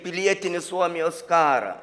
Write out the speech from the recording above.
pilietinį suomijos karą